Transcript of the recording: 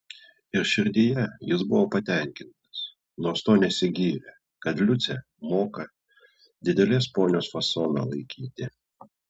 ir širdyje jis buvo patenkintas nors tuo nesigyrė kad liucė moka didelės ponios fasoną laikyti